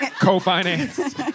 co-financed